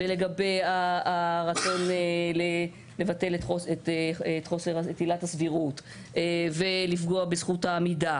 לגבי הרצון לבטל את עילת הסבירות ולפגוע בזכות העמידה